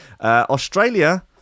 Australia